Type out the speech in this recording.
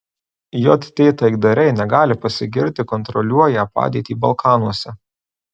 jt taikdariai negali pasigirti kontroliuoją padėtį balkanuose